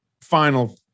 final